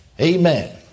Amen